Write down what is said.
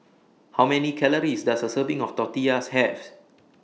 How Many Calories Does A Serving of Tortillas Have